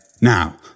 now